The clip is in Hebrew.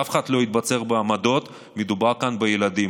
שאף אחד לא יתבצר בעמדות, מדובר כאן בילדים.